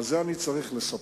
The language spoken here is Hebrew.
את זה אני צריך לסבסד?